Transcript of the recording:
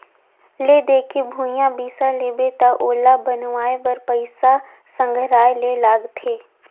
ले दे के भूंइया बिसा लेबे त ओला बनवाए बर पइसा संघराये ले लागथे